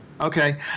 Okay